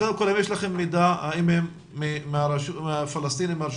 האם יש לכם מידע האם הם מהרשות הפלסטינית?